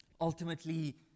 ultimately